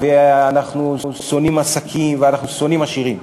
שאנחנו שונאים עסקים ואנחנו שונאים עשירים.